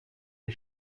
des